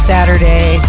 Saturday